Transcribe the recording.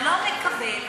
לא מקבל,